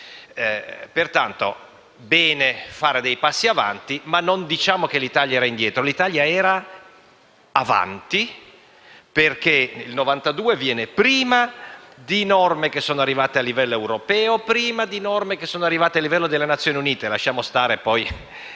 Pertanto, è bene fare dei passi avanti, ma non diciamo che l'Italia era indietro. L'Italia era avanti, perché la legge del 1992 è venuta prima di norme che sono arrivate a livello europeo e prima di norme che sono arrivate a livello delle Nazioni Unite; lasciamo stare poi